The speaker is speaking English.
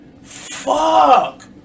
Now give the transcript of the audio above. fuck